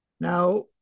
Now